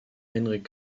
henrik